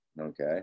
Okay